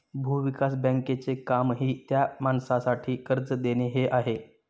भूविकास बँकेचे कामही त्या माणसासाठी कर्ज देणे हे आहे